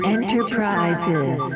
Enterprises